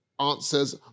answers